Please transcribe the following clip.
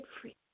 free